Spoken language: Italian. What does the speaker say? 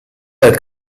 bel